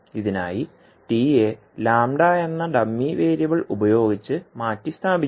ഇതിനായി tയെ എന്ന ഡമ്മി വേരിയബിൾ ഉപയോഗിച്ച് മാറ്റിസ്ഥാപിക്കുന്നു